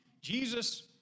Jesus